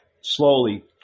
slowly